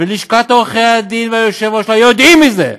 ולשכת עורכי הדין והיושב-ראש יודעים על זה,